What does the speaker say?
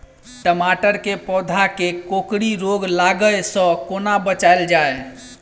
टमाटर केँ पौधा केँ कोकरी रोग लागै सऽ कोना बचाएल जाएँ?